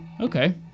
Okay